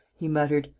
he muttered.